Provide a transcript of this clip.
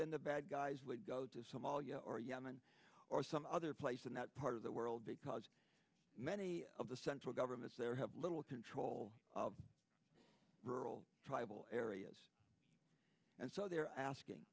then the bad guys would go to somalia or yemen or some other place in that part of the world because many of the central governments there have little control of rural tribal areas and so they're asking